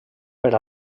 per